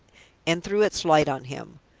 and threw its light on him.